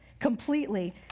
completely